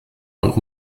und